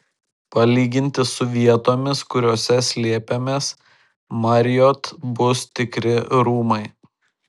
palyginti su vietomis kuriose slėpėmės marriott bus tikri rūmai